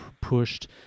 pushed